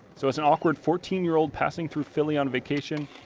so as an awkward fourteen year old passing through philly on vacation,